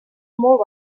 molt